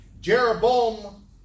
Jeroboam